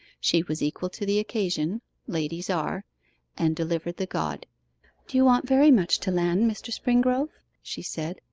she was equal to the occasion ladies are and delivered the god do you want very much to land, mr. springrove she said,